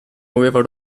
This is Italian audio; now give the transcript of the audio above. muoveva